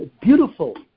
beautiful